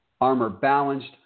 armor-balanced